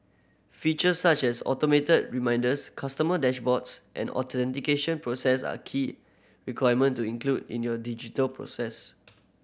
features such as automated reminders customer dashboards and authentication processes are key requirement to include in your digital process